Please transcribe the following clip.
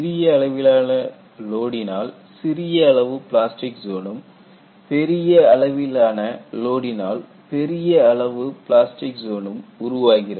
சிறிய அளவிலான லோடினால் சிறிய அளவு பிளாஸ்டிக் ஜோனும் பெரிய அளவிலான லோடினால் பெரிய அளவு பிளாஸ்டிக் ஜோனும் உருவாகிறது